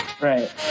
Right